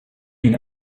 ihn